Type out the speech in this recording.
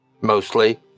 Mostly